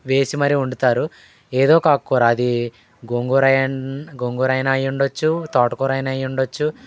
వేసి మరి వండుతారు ఏదోక ఆకుకూర అదీ గోంగూరయ్యుం గోంగూరయినా అయ్యుండచ్చు తోటకూరయినా అయ్యుండచ్చు